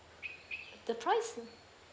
the price